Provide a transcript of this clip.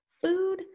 food